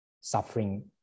suffering